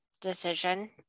decision